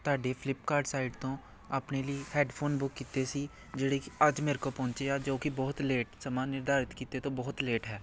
ਤੁਹਾਡੇ Flipkart site ਤੋਂ ਆਪਣੇ ਲਈ ਹੈਡਫੋਨ ਬੁੱਕ ਕੀਤੇ ਸੀ ਜਿਹੜੇ ਅੱਜ ਮੇਰੇ ਕੋਲ ਪਹੁੰਚੇ ਆ ਜੋ ਕਿ ਬਹੁਤ ਲੇਟ ਸਮਾਂ ਨਿਰਧਾਰਿਤ ਕੀਤੇ ਤੋਂ ਬਹੁਤ ਲੇਟ ਹੈ